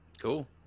cool